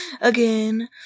Again